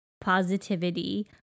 positivity